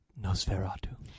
Nosferatu